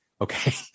Okay